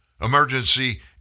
Emergency